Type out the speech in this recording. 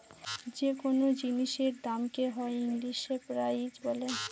যে কোনো জিনিসের দামকে হ ইংলিশে প্রাইস বলে